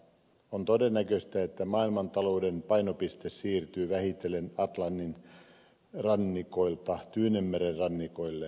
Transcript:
on todennäköistä että maailmantalouden painopiste siirtyy vähitellen atlantin rannikoilta tyynenmeren rannikoille